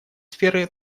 сферы